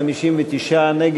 61,